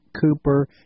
Cooper